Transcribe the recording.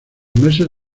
meses